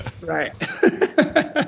Right